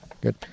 Good